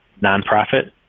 nonprofit